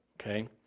Okay